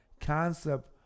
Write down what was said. concept